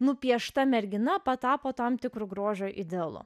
nupiešta mergina patapo tam tikru grožio idealu